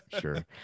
sure